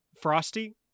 Frosty